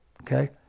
okay